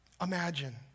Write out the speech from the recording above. Imagine